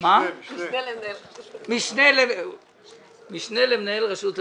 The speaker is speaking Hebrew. משנה למנהל רשות המסים.